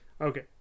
okay